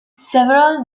several